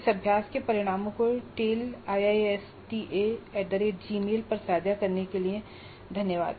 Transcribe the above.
इस अभ्यास के परिणामों को taleiistagmailcom पर साझा करने के लिए धन्यवाद